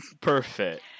Perfect